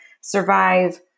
survive